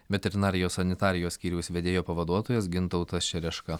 veterinarijos sanitarijos skyriaus vedėjo pavaduotojas gintautas čereška